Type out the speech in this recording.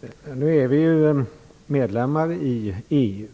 Fru talman! Vi är nu medlemmar i EU.